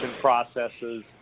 processes